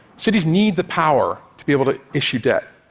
cities need the power to be able to issue debt,